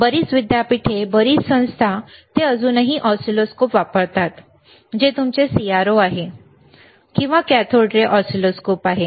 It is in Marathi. बरीच विद्यापीठे बरीच संस्था ते अजूनही हे ऑसिलोस्कोप वापरतात जे तुमचे CRO आहे ठीक आहे किंवा कॅथोड रे ऑसिलोस्कोप आहे